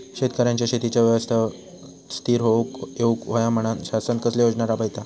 शेतकऱ्यांका शेतीच्या व्यवसायात स्थिर होवुक येऊक होया म्हणान शासन कसले योजना राबयता?